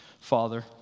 Father